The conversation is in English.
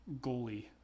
goalie